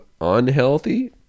unhealthy